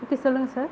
okay சொல்லுங்க sir